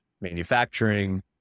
manufacturing